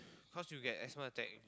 cause you will get asthma attack